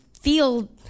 feel